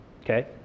Okay